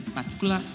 particular